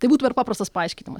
tai būtų perpaprastas paaiškinimas